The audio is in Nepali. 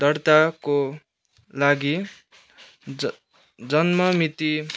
दर्ताको लागि ज जन्ममिति